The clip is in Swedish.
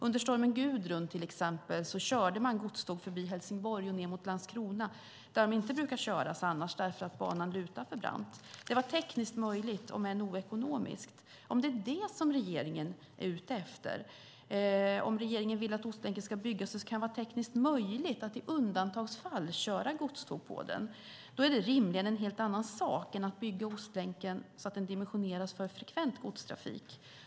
Till exempel körde man under stormen Gudrun godståg förbi Helsingborg och ned mot Landskrona där de inte annars brukar köras eftersom banan lutar för mycket. Det var tekniskt möjligt om än oekonomiskt. Om det är vad regeringen är ute efter, om regeringen vill att Ostlänken ska byggas så att det tekniskt är möjligt att i undantagsfall köra godståg på den, är det rimligen en helt annan sak än att bygga Ostlänken så att den dimensioneras för frekvent godstrafik.